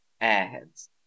Airheads